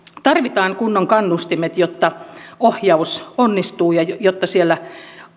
tarvitaan kunnon kannustimet jotta ohjaus onnistuu ja ja jotta siellä